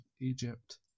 Egypt